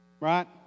right